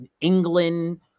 England